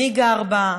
מי גר בה,